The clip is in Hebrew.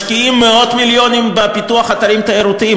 משקיעים מאות מיליונים בפיתוח אתרים תיירותיים,